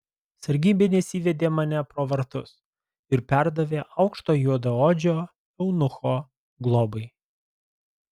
sargybinis įvedė mane pro vartus ir perdavė aukšto juodaodžio eunucho globai